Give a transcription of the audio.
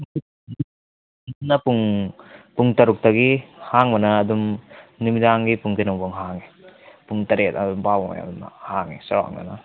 ꯄꯨꯡ ꯄꯨꯡ ꯇꯔꯨꯛꯇꯒꯤ ꯍꯥꯡꯕꯅ ꯑꯗꯨꯝ ꯅꯨꯃꯤꯗꯥꯡꯒꯤ ꯄꯨꯡ ꯀꯩꯅꯣꯐꯧ ꯍꯥꯡꯉꯦ ꯄꯨꯡ ꯇꯔꯦꯠ ꯑꯗꯨꯋꯥꯏ ꯃꯄꯥꯐꯧ ꯍꯥꯡꯉꯦ ꯆꯧꯔꯥꯛꯅꯅ